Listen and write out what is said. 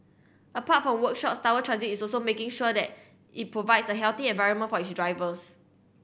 apart from workshop Tower Transit is also making sure that it provides a healthy environment for its drivers